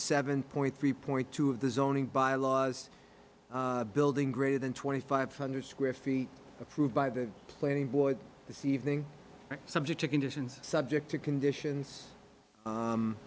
seven point three point two of the zoning bylaws building greater than twenty five hundred square feet approved by the planning board this evening subject to conditions subject to conditions